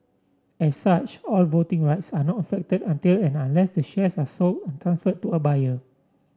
as such all voting rights are not affected until and unless to shares are sold and transferred to a buyer